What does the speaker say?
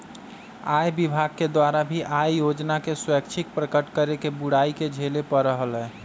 आय विभाग के द्वारा भी आय योजना के स्वैच्छिक प्रकट करे के बुराई के झेले पड़ा हलय